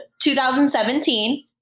2017